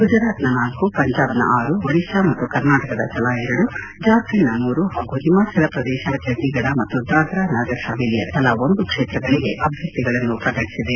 ಗುಜರಾತ್ನ ನಾಲ್ಕು ಪಂಜಾಬ್ನ ಆರು ಒಡಿಶಾ ಮತ್ತು ಕರ್ನಾಟಕದ ತಲಾ ಎರಡು ಜಾರ್ಖಂಡ್ನ ಮೂರು ಹಾಗೂ ಹಿಮಾಚಲ ಪ್ರದೇಶ ಚಂಡಿಗಢ ಮತ್ತು ದಾದ್ರಾ ನಗರ್ ಹಾವೇಲಿಯ ತಲಾ ಒಂದು ಕ್ಷೇತ್ರಗಳಿಗೆ ಅಭ್ವರ್ಥಿಗಳನ್ನು ಪ್ರಕಟಿಸಿದೆ